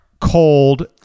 cold